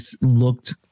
looked